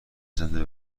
زنده